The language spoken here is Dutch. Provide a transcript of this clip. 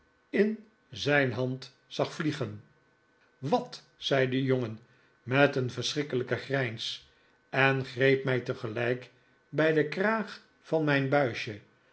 in zijn hand zag vliegen wat zei de jongen met een verschrikkelijke grijns en greep mij tegelijk bij den kraag van mijn buisje